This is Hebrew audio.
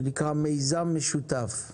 שנקרא מיזם משותף.